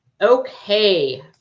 Okay